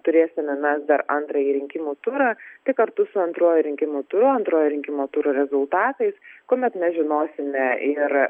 turėsime mes dar antrąjį rinkimų turą tik kartu su antruoju rinkimų turu antrojo rinkimų turo rezultatais kuomet mes žinosime ir